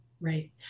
Right